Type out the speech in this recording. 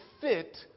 fit